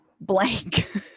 blank